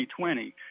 2020